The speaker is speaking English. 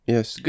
Yes